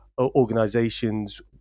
organizations